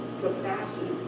capacity